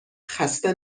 خسته